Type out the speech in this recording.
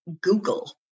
Google